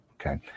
okay